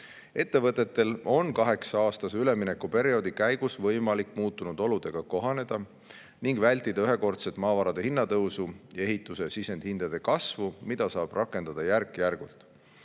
Ettevõtetel on kaheksa-aastase üleminekuperioodi käigus võimalik muutunud oludega kohaneda ning vältida ühekordset maavarade hinnatõusu ja ehituse sisendhindade kasvu, mida saab rakendada järk-järgult.